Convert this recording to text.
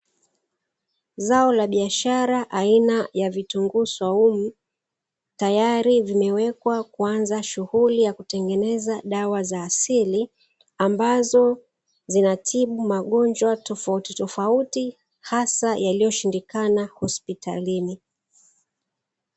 Zao la biashara aina ya vitunguu swaumu, tayari vimewekwa kuanza utengenezaji wa dawa za asili, ambazo zinatibu magonjwa tofautitofauti, hasa yaliyoshindikana hospitalini.